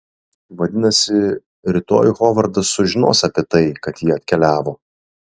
vadinasi rytoj hovardas sužinos apie tai kad ji atkeliavo